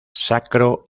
sacro